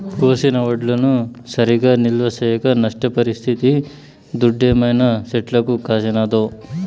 కోసిన వడ్లను సరిగా నిల్వ చేయక నష్టపరిస్తిది దుడ్డేమైనా చెట్లకు కాసినాదో